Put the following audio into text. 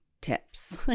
tips